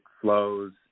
flows